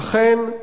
אכן,